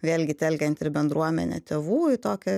vėlgi telkiant ir bendruomenę tėvų į tokią